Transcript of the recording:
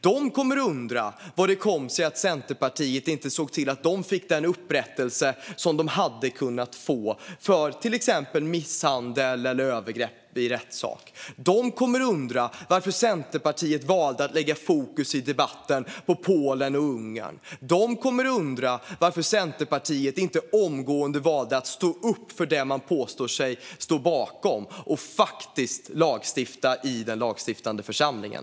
De kommer att undra hur det kom sig att Centerpartiet inte såg till att de fick den upprättelse som de hade kunnat få för till exempel misshandel eller övergrepp i rättssak. De kommer att undra varför Centerpartiet valde att lägga fokus i debatten på Polen och Ungern. De kommer att undra varför Centerpartiet inte omgående valde att stå upp för det man påstår sig stå bakom och faktiskt lagstifta i den lagstiftande församlingen.